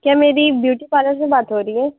کیا میری beauty parlour سے بات ہورہی ہے